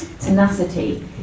tenacity